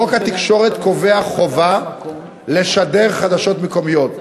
חוק התקשורת קובע חובה לשדר חדשות מקומיות.